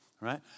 right